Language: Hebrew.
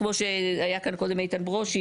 כמו שהיה כאן קודם איתן ברושי,